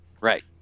Right